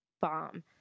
bomb